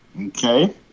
Okay